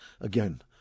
Again